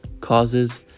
causes